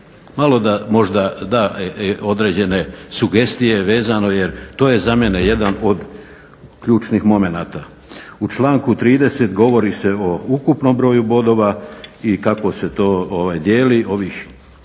Malo da možda da određene sugestije vezano jer to je za mene jedan od ključnih momenata. U članku 30. govori se o ukupnom broju bodova i kako se to dijeli, ovih